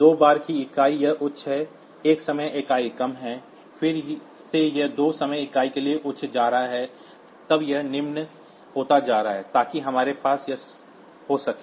दो बार की इकाई यह उच्च है एक समय इकाई कम है फिर से यह दो समय इकाइयों के लिए उच्च जा रहा है तब यह निम्न होता जा रहा है ताकि हमारे पास यह हो सके